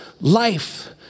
life